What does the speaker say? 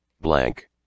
Blank